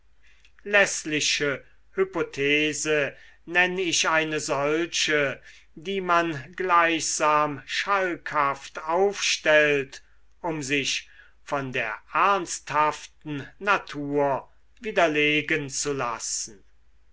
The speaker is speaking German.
läßliche hypothese nenn ich eine solche die man gleichsam schalkhaft aufstellt um sich von der ernsthaften natur widerlegen zu lassen